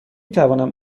توانم